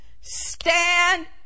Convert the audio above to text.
Stand